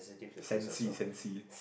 Sancy Sancy